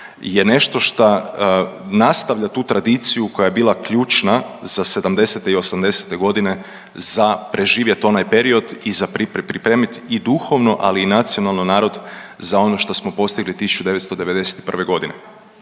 je nešto šta nastavlja tu tradiciju koja je bila ključna za sedamdesete i osamdesete godine za preživjet onaj period i za pripremit i duhovno, ali i nacionalno narod za ono što smo postigli 1991.g..